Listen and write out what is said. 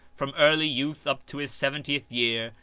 from early youth up to his seventieth year,